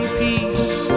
peace